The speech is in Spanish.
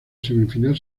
semifinal